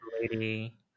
lady